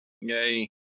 Yay